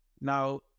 Now